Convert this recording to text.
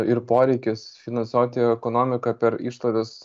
ir poreikis finansuoti ekonomiką per išlaidas